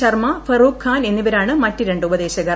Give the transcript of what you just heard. ശർമ്മ ഫറൂഖ് ഖാൻ എന്നിവരാണ്ട് മറ്റ് രണ്ട് ഉപദേശകർ